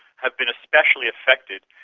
have been especially affected,